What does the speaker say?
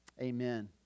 Amen